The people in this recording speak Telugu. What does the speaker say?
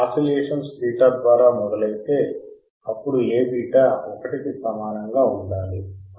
ఆసిలేషన్స్ 𝛃 ద్వారా మొదలైతే అప్పుడు A𝛃 ఒకటికీ సమానంగా ఉండాలి